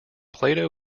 plato